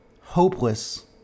hopeless